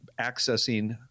accessing